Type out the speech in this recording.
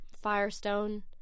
Firestone